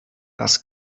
das